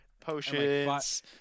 potions